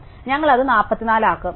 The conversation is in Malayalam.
അതിനാൽ ഞങ്ങൾ അത് 44 ആക്കും